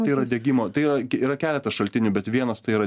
tai yra degimo tai yra yra keletas šaltinių bet vienas tai yra